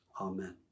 Amen